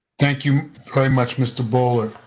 thank you very much, mr. bowler.